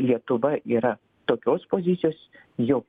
lietuva yra tokios pozicijos jo